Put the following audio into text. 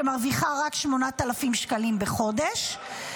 שמרוויחה רק 8,000 שקלים בחודש,